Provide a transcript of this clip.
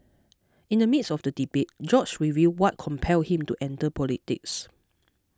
in the midst of the debate George revealed what compelled him to enter politics